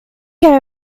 merry